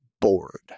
bored